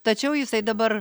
tačiau jisai dabar